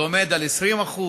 זה עומד על 20%,